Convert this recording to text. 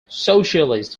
socialist